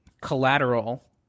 Collateral